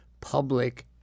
Public